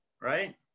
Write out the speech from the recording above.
right